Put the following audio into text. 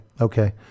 Okay